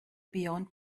beyond